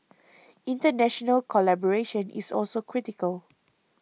international collaboration is also critical